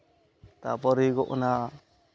ᱛᱟᱨᱯᱚᱨ ᱦᱩᱭᱩᱜᱚᱜ ᱠᱟᱱᱟ